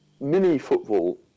mini-football